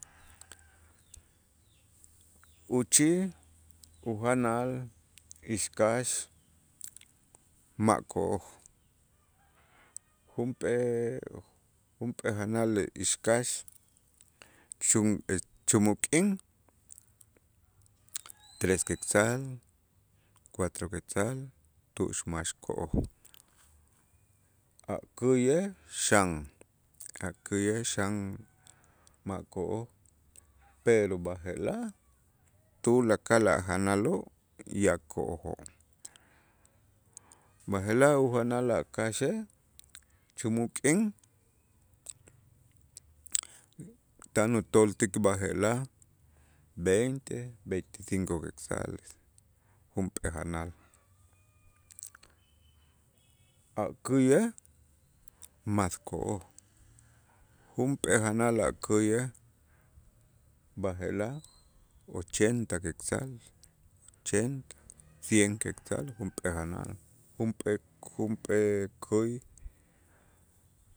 Uchij ujanal ixkax ma' ko'oj junp'ee- junp'ee janal ixkax chum chumuk k'in tres quetzal, cuatro quetzal tu'ux max ko'oj a' käyej xan a' käyej xan ma' ko'oj, pero b'aje'laj tulakal a' janaloo' ya ko'ojoo', b'aje'laj ujanal a' kaxej chumuk k'in tan utool ti b'aje'laj veinte, veinticinco quetzales junp'ee janal a' käyej mas ko'oj, junp'ee janal a' käyej b'aje'laj ochenta quetzal, ochenta, cien quetzal junp'ee janal junp'ee- junp'ee käy.